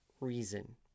reason